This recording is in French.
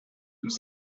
tous